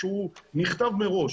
כשהוא נכתב מראש,